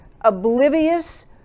oblivious